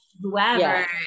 whoever